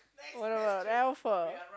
what about Alpha